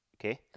Okay